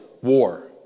war